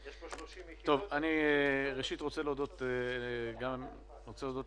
ראשית, אני רוצה להודות